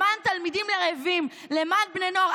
למען תלמידים רעבים, למען בני נוער.